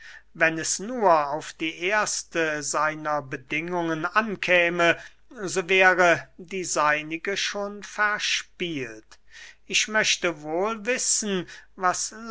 wenn es nur auf die erste seiner bedingungen ankäme so wäre die seinige schon verspielt ich möchte wohl wissen was